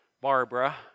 Barbara